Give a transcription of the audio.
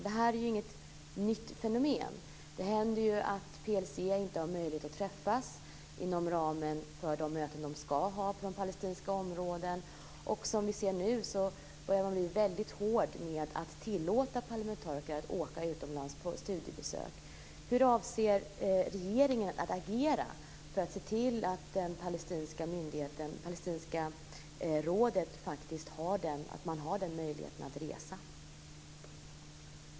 Detta är inget nytt fenomen. Det händer att PLC inte har möjlighet att träffas inom ramen för de möten som det ska ha på palestinska områden. Som vi ser nu börjar man bli väldigt hård med att tillåta parlamentariker att åka utomlands på studiebesök. Hur avser regeringen att agera för att se till att det palestinska rådet har möjligheten att resa?